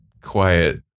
quiet